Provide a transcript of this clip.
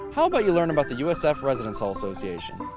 how about you learn about the usf residence hall association?